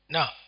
Now